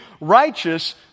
righteous